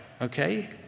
Okay